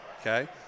okay